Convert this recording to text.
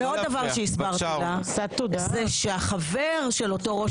עוד דבר שהסברתי לה זה שהחבר של אותו ראש